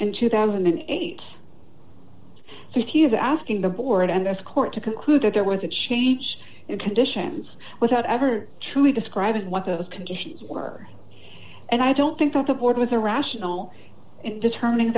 in two thousand and eight so he is asking the board and this court to conclude that there was a change in conditions without ever truly describing what those conditions were and i don't think that the board was a rational in determining